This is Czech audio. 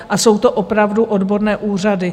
A jsou to opravdu odborné úřady.